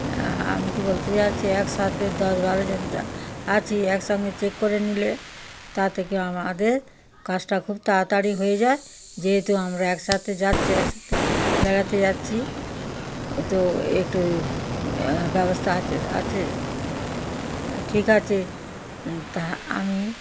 আমি তো বলতে চাইছি একসাথে দশ বারো জন য আছি একসঙ্গে চেক করে নিলে তা থেকে আমাদের কাজটা খুব তাড়াতাড়ি হয়ে যায় যেহেতু আমরা একসাথে যাচ্ছি একসাথে বেড়াতে যাচ্ছি ও তো একটু ব্যবস্থা আছে আছে ঠিক আছে তা আমি